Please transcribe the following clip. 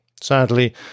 Sadly